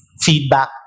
feedback